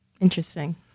interesting